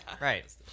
Right